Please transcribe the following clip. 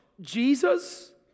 Jesus